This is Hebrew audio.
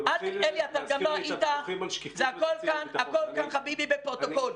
הכול כאן, חביבי, בפרוטוקול.